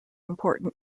important